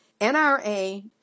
NRA